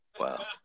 Wow